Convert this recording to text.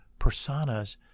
personas